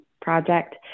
project